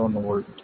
7 V